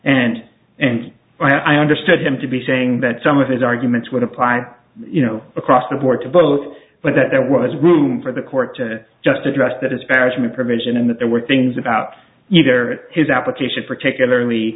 and and i understood him to be saying that some of his arguments would apply you know across the board to both but that there was room for the court to just address that is bearing the provision in that there were things about either his application particularly